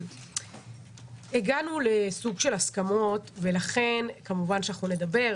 הגענו לסוג של הסכמות ולכן כמובן שנדבר,